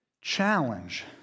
challenge